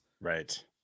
Right